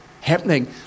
happening